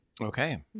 Okay